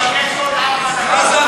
מאמין בארץ-ישראל, מאמין בעם.